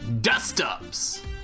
dust-ups